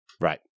Right